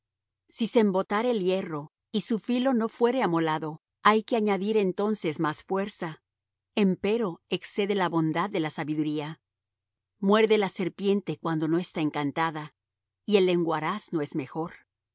si se embotare el hierro y su filo no fuere amolado hay que añadir entonces más fuerza empero excede la bondad de la sabiduría muerde la serpiente cuando no está encantada y el lenguaraz no es mejor